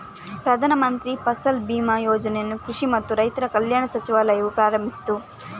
ಪ್ರಧಾನ ಮಂತ್ರಿ ಫಸಲ್ ಬಿಮಾ ಯೋಜನೆಯನ್ನು ಕೃಷಿ ಮತ್ತು ರೈತರ ಕಲ್ಯಾಣ ಸಚಿವಾಲಯವು ಪ್ರಾರಂಭಿಸಿತು